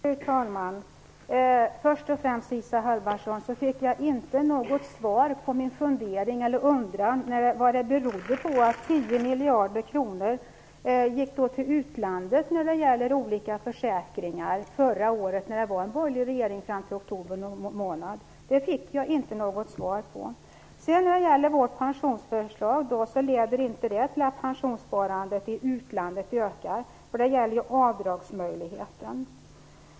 Fru talman! Först och främst, Isa Halvarsson, fick jag inte något svar på min fråga vad det berodde på att 10 miljarder kronor gick till olika försäkringar i utlandet förra året då det var en borgerlig regering fram till oktober månad. Den frågan fick jag inte något svar på. När det gäller vårt pensionsförslag leder inte detta till att pensionssparandet i utlandet ökar. Det gäller då avdragsmöjligheten.